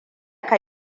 ka